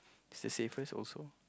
is the safest also